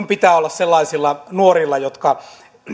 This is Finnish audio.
pitää olla sellaisilla nuorilla jotka